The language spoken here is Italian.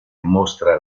mostra